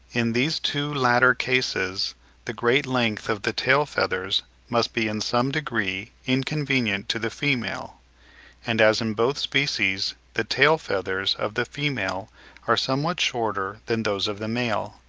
in these two latter cases the great length of the tail-feathers must be in some degree inconvenient to the female and as in both species the tail-feathers of the female are somewhat shorter than those of the male,